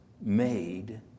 made